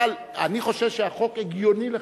אבל אני חושב שהחוק הגיוני לחלוטין.